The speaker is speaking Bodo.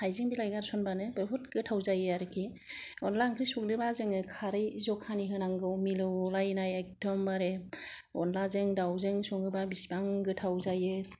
हाइजें बिलाय गारसनबानो बहुत गोथाव जायो आरखि अनला ओंख्रि संनोबा जोङो खारै जखानि होनांगौ मिलौलायनाय एकदमबारे अनलाजों दावजों संङोबा बिसिबां गोथाव जायो